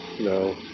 No